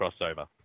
crossover